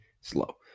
slow